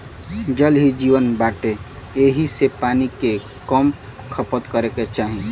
जल ही जीवन बाटे एही से पानी के कम खपत करे के चाही